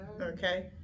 Okay